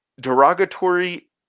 derogatory